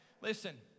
Listen